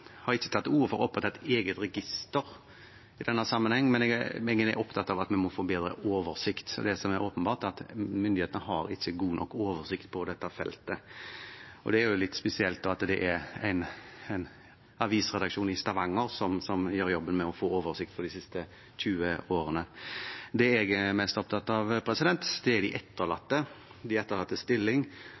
har ikke tatt til orde for å opprette et eget register i denne sammenheng, men jeg er opptatt av at vi må få bedre oversikt. Det er åpenbart at myndighetene ikke har god nok oversikt over dette feltet. Det er litt spesielt at det er en avisredaksjon i Stavanger som gjør jobben med å få oversikt over de siste 20 årene. Det jeg er mest opptatt av, er de etterlatte, de etterlattes stilling